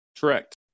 Correct